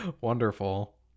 Wonderful